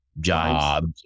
jobs